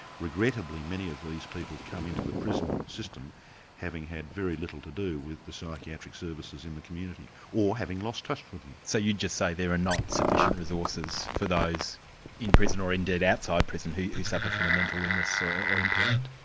regrettably, many of these people come into the prison system having had very little to do with the psychiatric services in the community, or having lost touch with them. so you just say there are not sufficient resources for those in prison, or indeed outside prison who suffer from a mental illness or or impairment?